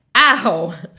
Ow